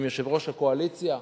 עם יושב-ראש הקואליציה,